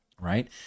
right